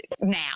now